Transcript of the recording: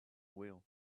wheel